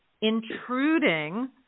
intruding